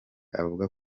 avuga